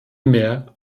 mehr